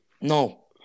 No